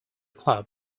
club